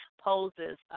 poses